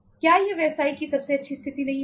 क्या यह व्यवसाय की सबसे अच्छी स्थिति नहीं होगी